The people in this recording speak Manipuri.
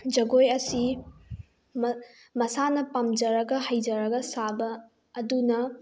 ꯖꯒꯣꯏ ꯑꯁꯤ ꯃꯁꯥꯅ ꯄꯥꯝꯖꯔꯒ ꯍꯩꯖꯔꯒ ꯁꯥꯕ ꯑꯗꯨꯅ